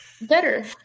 better